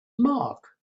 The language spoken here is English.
mark